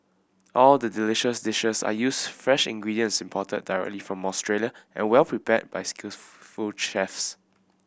all the delicious dishes are used fresh ingredients imported directly from Australia and well prepared by skillful chefs